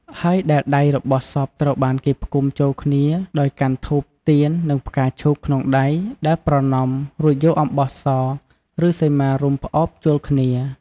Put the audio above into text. ហើយដែលដៃរបស់សពត្រូវបានគេផ្គុំចូលគ្នា ដោយកាន់ធូប ទៀន និងផ្កាឈូកក្នុងដៃដែលប្រណម រួចយកអំបោះស ឬសីមារុំផ្អោបចូលគ្នា។